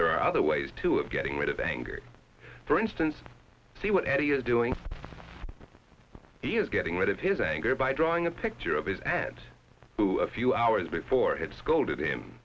are other ways to of getting rid of anger for instance see what eddie is doing getting rid of his anger by drawing a picture of his ads to a few hours before had scolded him